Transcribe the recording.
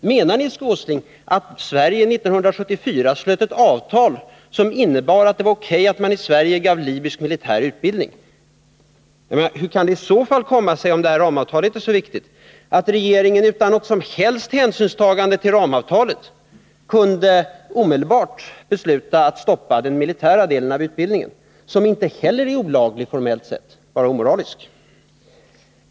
Eller menar Nils Åsling att Sverige 1974 slöt ett avtal som innebar att det var O.K. att man i Sverige gav libysk militär utbildning? Om ramavtalet är så viktigt, hur kan det då komma sig att vi nu utan något som helst hänsynstagande till ramavtalet kan besluta att omedelbart stoppa den militära delen av utbildningen? Den är ju inte heller olaglig formellt sett, bara omoralisk.